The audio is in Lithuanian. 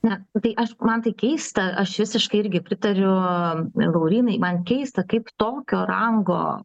na tai aš man tai keista aš visiškai irgi pritariu laurynai man keista kaip tokio rango